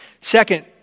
Second